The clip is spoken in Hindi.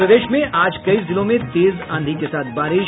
और प्रदेश में आज कई जिलों में तेज आंधी के साथ बारिश